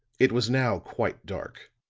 it was now quite dark,